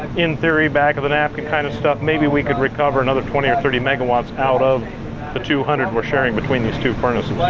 in theory, back of a napkin kind of stuff, maybe we could recover another twenty or thirty megawatts out of the two hundred we're sharing between these two furnaces.